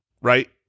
right